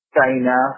China